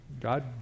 God